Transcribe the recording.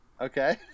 Okay